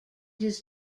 his